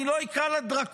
אני לא אקרא לה דרקונית,